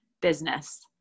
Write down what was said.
business